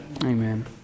Amen